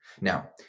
Now